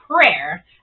prayer